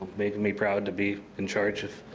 making me proud to be in charge of